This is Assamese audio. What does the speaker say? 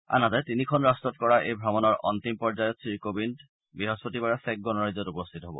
আনহাতে তিনিখন ৰাট্টত কৰা এই ভ্ৰমণৰ অন্তিম পৰ্যায়ত শ্ৰীকোবিন্দ অহা বৃহস্পতিবাৰে চেক গণৰাজ্যত উপস্থিত হ'ব